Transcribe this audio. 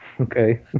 Okay